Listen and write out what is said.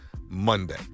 Monday